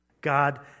God